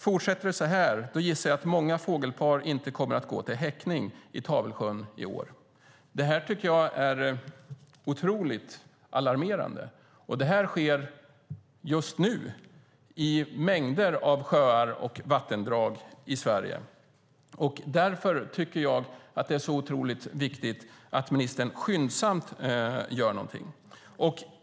Fortsätter det så här gissar jag att många fågelpar inte kommer att gå till häckning i Tavelsjön i år. Detta tycker jag är otroligt alarmerande, och detta sker just nu i mängder av sjöar och vattendrag i Sverige. Därför tycker jag att det är så otroligt viktigt att ministern skyndsamt gör någonting.